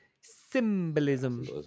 symbolism